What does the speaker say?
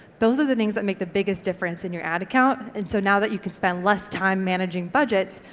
those are the things that make the biggest difference in your ad account and so now that you can spend less time managing budgets,